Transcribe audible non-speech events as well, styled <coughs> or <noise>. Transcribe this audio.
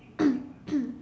<coughs>